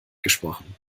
gesprochen